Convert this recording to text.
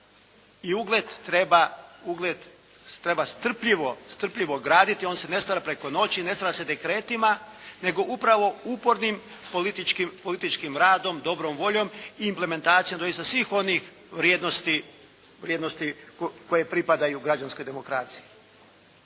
I ugled treba strpljivo graditi. On se ne stvara preko noći, ne stvara se dekretima nego upravo upornim političkim radom, dobrom voljom i implementacijom doista svih onih vrijednosti koje pripadaju građanskoj demokraciji.